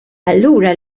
allura